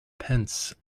pence